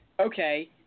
okay